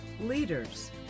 Leaders